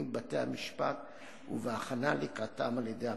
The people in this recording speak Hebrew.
בבתי-המשפט ובהכנה לקראתם על-ידי הפרקליטים,